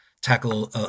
tackle